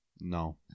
No